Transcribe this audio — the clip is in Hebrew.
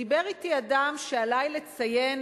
דיבר אתי אדם שעלי לציין,